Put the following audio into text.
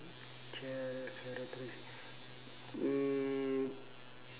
cha~ characteris~ mm